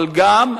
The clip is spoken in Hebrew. אבל גם,